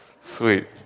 Sweet